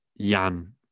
Jan